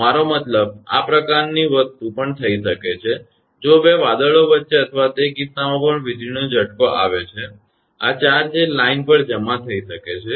મારો મતલબ કે આ પ્રકારની વસ્તુ પણ થઈ શકે છે જો બે વાદળો વચ્ચે અથવા તે કિસ્સામાં પણ વીજળીનો ઝટકો આવે છે આ ચાર્જ એ લાઇન પર જમા થઈ શકે છે